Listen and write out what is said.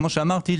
כפי שאמרתי,